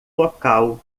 local